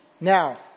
Now